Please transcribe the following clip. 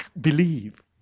believe